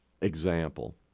example